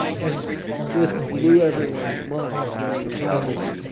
and this blew everyone's mind when he reported it.